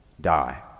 die